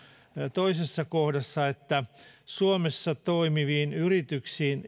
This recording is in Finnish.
toisessa kohdassa että suomessa toimiviin yrityksiin